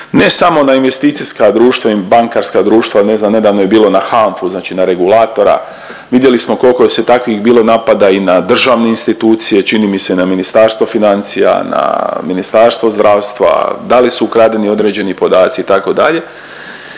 ne samo na investicijska društva i bankarska društva, ne znam nedavno je bilo na HANFA-u znači na regulatora. Vidjeli smo kolko je takvih bilo napada i na državne institucije, čini mi se i na Ministarstvo financija, na Ministarstvo zdravstva, da li su ukradeni određeni podaci itd.